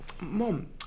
mom